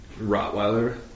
Rottweiler